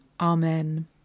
Amen